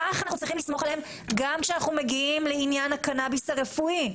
כך צריכים לסמוך עליהם גם כשאנחנו מגיעים לעניין הקנביס הרפואי.